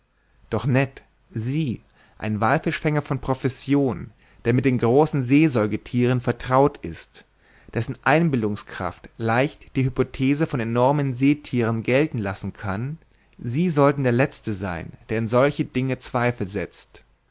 doch ned sie ein wallfischfänger von profession der mit den großen seesäugethieren vertraut ist dessen einbildungskraft leicht die hypothese von enormen seethieren gelten lassen kann sie sollten der letzte sein der in solche dinge zweifel setzt